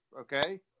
Okay